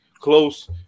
close